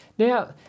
Now